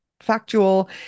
factual